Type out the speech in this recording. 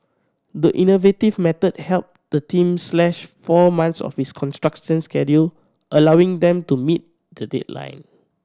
the innovative method helped the team slash four months off its construction schedule allowing them to meet the deadline